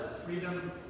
freedom